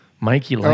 mikey